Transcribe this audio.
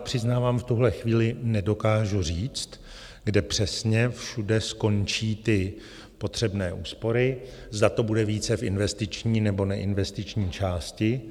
Přiznávám, v tuhle chvíli nedokážu říct, kde přesně všude skončí ty potřebné úspory, zda to bude více v investiční, nebo neinvestiční části.